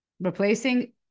Replacing